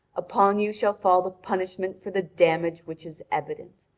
upon you shall fall the punishment for the damage which is evident.